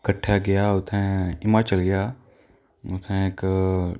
कट्ठा गेआ उ'त्थें हिमाचल गेआ उ'त्थें इक